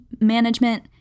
management